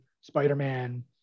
Spider-Man